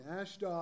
ashdod